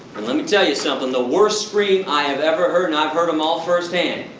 and let me tell you something, the worse scream i have ever heard, and i've heard them all first hand.